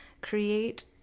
create